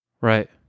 Right